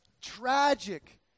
tragic